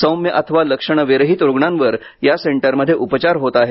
सौम्य अथवा लक्षण विरहित रुग्णांवर या सेंटरमध्ये उपचार होत आहेत